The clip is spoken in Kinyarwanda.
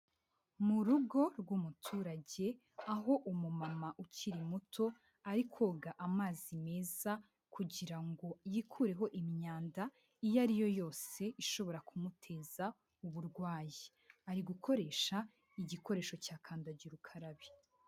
Mu rugo rw'umuturage, aho umumama ukiri muto ari koga amazi meza kugira ngo yikureho imyanda iyo ari yo yose ishobora kumuteza uburwayi. Ari gukoresha igikoresho cya kandagira ukarabe.